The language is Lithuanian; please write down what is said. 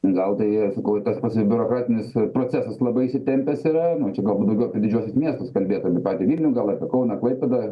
gal tai yra sukurtas pats ir biurokratinis procesas labai išsitempęs yra nu čia galbūt daugiau apie didžiuosius miestus kalbėt apie patį vilnių gal gal apie kauną klaipėdą